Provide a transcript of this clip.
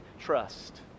Trust